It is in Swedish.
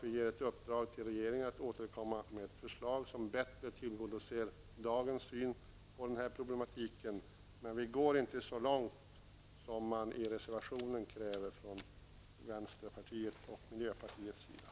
Vi ger i uppdrag åt regeringen att återkomma med förslag som bättre tillgodoser dagens syn på denna problematik. Men vi går inte så långt som vänsterpartiet och miljöpartiet kräver i reservationen.